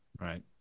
Right